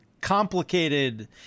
complicated